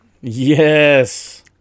Yes